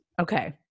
Okay